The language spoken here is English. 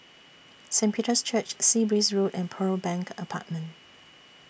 Saint Peter's Church Sea Breeze Road and Pearl Bank Apartment